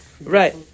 Right